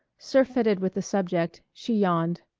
surfeited with the subject, she yawned.